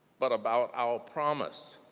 but about our promise.